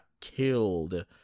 killed